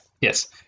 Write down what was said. Yes